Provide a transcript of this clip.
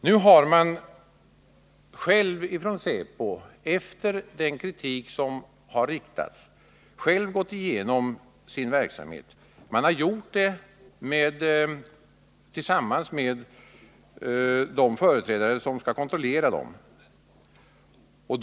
Nu har säkerhetspolisen, efter den kritik som har framförts, själv gått igenom sin verksamhet tillsammans med de företrädare som skall kontrollera organisationen.